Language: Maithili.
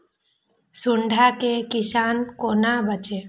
सुंडा से किसान कोना बचे?